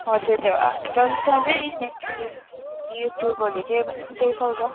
हजुर नेटफ्लिक्स युट्युबहरू जे भने त्यही चल्छ